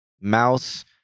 Mouse